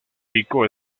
pico